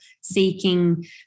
seeking